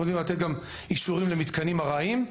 אנחנו יודעים לתת גם אישורים למתקנים ארעיים,